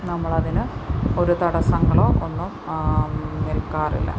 നമ്മൾ അതിന് ഒരു തടസ്സങ്ങളോ ഒന്നും നിൽക്കാറില്ല